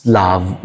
love